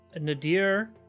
Nadir